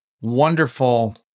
wonderful